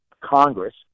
Congress